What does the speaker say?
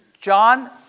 John